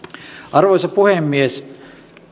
arvoisa puhemies